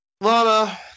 Lana